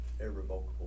irrevocable